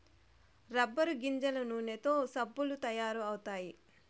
rubber గింజల నూనెతో సబ్బులు తయారు అవుతాయి